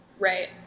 Right